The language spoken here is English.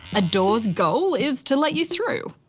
a door's goal is to let you through,